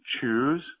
choose